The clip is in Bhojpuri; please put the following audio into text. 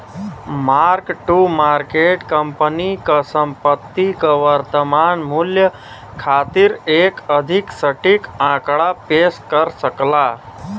मार्क टू मार्केट कंपनी क संपत्ति क वर्तमान मूल्य खातिर एक अधिक सटीक आंकड़ा पेश कर सकला